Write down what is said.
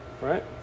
Right